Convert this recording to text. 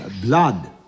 Blood